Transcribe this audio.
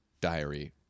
Diary